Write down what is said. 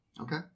Okay